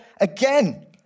again